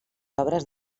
obres